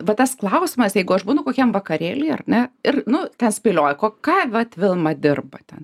va tas klausimas jeigu aš būnu kokiam vakarėly ar ne ir nu ten spėlioja ko ką vat vilma dirba ten